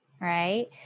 Right